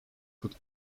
could